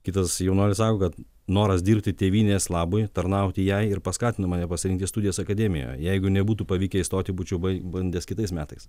kitas jaunuolis sako kad noras dirbti tėvynės labui tarnauti jai ir paskatino mane pasirinkti studijas akademijoj jeigu nebūtų pavykę įstoti būčiau bandęs kitais metais